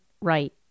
right